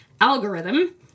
Algorithm